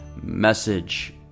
message